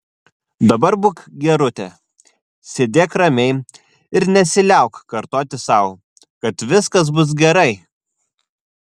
dabar būk gerutė sėdėk ramiai ir nesiliauk kartoti sau kad viskas bus gerai